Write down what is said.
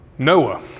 Noah